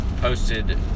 Posted